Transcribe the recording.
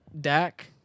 Dak